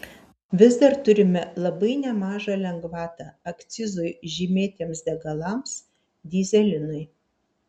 vis dar turime labai nemažą lengvatą akcizui žymėtiems degalams dyzelinui